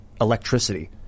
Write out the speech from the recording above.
electricity